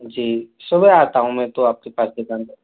जी सुबह आता हूँ मैं तो आप के पास दुकान पर